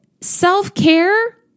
self-care